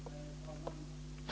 61 att hindra import från Namibia